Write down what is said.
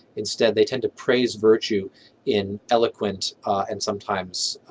instead they tend to praise virtue in eloquent and sometimes